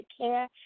care